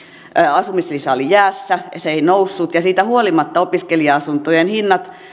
asumislisä oli jäässä se ei noussut ja siitä huolimatta opiskelija asuntojen hinnat